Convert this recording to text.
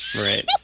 Right